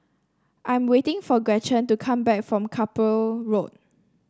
I'm waiting for Gretchen to come back from Carpmael Road